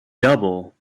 double